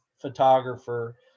photographer